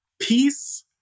peace